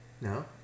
no